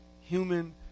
human